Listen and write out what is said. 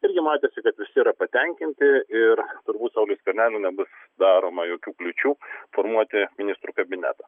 irgi matėsi kad visi yra patenkinti ir trubūt sauliui skverneliui nebus daroma jokių kliūčių formuoti ministrų kabinetą